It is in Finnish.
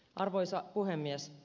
arvoisa puhemies